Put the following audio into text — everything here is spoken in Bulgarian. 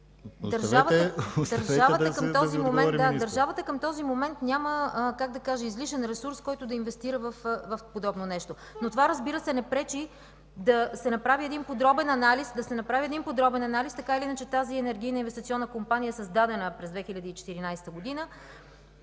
Държавата към този момент няма излишен ресурс, който да инвестира в подобно нещо. Това, разбира се, не пречи да се направи подробен анализ, така или иначе тази Енергийна инвестиционна компания е създадена през 2014 г.